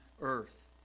earth